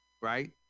right